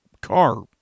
car